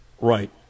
Right